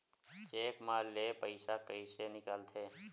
Cheque म ले पईसा कइसे निकलथे?